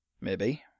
Maybe